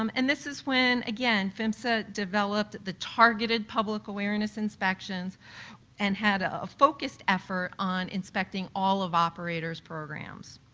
um and this is when again, phmsa developed the targeted public awareness inspections and had ah focused effort on inspecting all of operators programs.